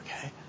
okay